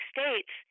States